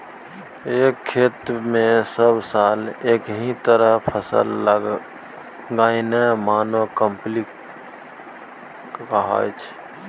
एक खेत मे सब साल एकहि तरहक फसल लगेनाइ मोनो क्राँपिंग कहाइ छै